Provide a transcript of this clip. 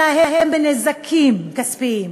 אלא הם בנזקים כספיים.